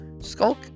Skulk